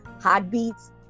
heartbeats